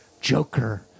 Joker